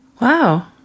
Wow